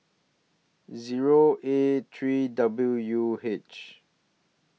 Zero A three W U H